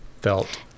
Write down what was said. felt